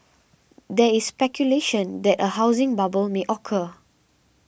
there is speculation that a housing bubble may occur